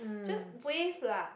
just wave lah